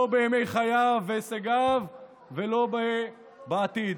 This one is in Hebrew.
לא בימי חייו והישגיו ולא בעתיד.